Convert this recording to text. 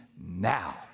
now